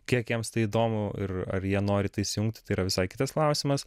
kiek jiems tai įdomu ir ar jie nori į tai įsijungti tai yra visai kitas klausimas